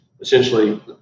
essentially